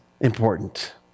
important